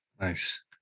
Nice